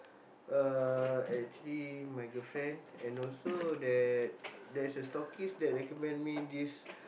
uh actually my girlfriend and also that there's a that recommend me this